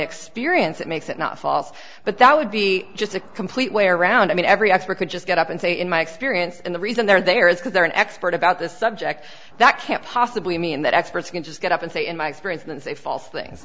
experience it makes it not false but that would be just a complete way around i mean every expert could just get up and say in my experience and the reason they're there is because they're an expert about this subject that can't possibly mean that experts can just get up and say in my experience and say false things